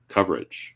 Coverage